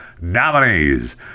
nominees